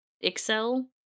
excel